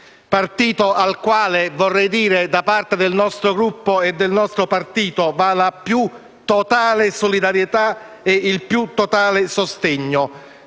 partito al quale, da parte del nostro Gruppo e del nostro partito, vanno la più totale solidarietà e il più totale sostegno,